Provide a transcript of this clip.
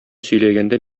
сөйләгәндә